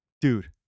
dude